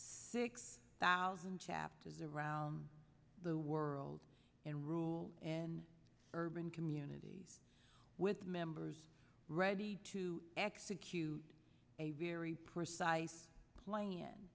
six thousand chapters around the world and rule in urban communities with members ready to execute a very precise pla